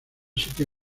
sitio